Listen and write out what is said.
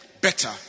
better